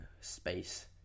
space